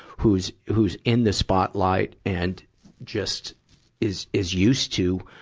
who's, who's in the spotlight and just is, is used to,